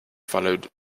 followed